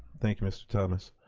thank you mr. thomas.